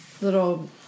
little